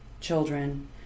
children